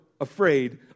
afraid